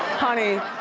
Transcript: honey,